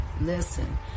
Listen